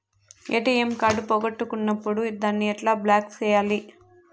ATM card పోగొట్టుకున్నప్పుడు దాన్ని ఎట్లా బ్లాక్ సేయాలి